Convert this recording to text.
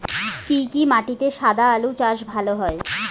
কি কি মাটিতে সাদা আলু চাষ ভালো হয়?